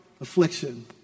affliction